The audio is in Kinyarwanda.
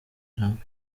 trump